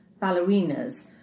ballerinas